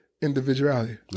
individuality